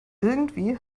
irgendwie